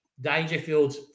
Dangerfield's